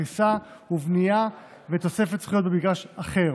הריסה ובנייה ותוספת זכויות במגרש אחר.